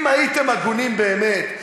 אם הייתם הגונים באמת,